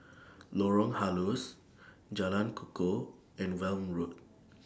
Lorong Halus Jalan Kukoh and Welm Road